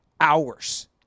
hours